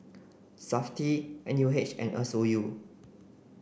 SAFTI N U H and a Sou